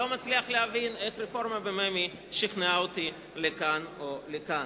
לא מצליח להבין איך רפורמה בממ"י שכנעה אותי לכאן או לכאן.